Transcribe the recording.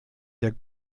der